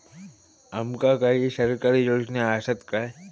आमका काही सरकारी योजना आसत काय?